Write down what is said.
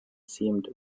seemed